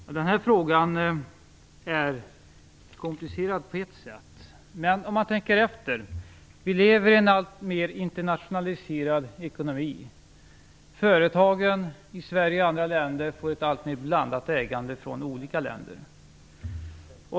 Fru talman! Den här frågan är komplicerad på ett sätt. Men tänk efter: Vi lever i en alltmer internationaliserad ekonomi. Företagen i Sverige och andra länder får ett alltmer blandat, internationellt ägande.